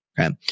okay